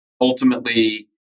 ultimately